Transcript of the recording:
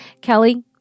Kelly